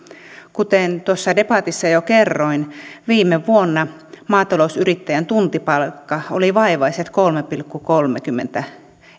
kuten tuossa debatissa jo kerroin viime vuonna maatalousyrittäjän tuntipalkka oli vaivaiset kolme pilkku kolmekymmentä